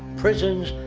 prisons,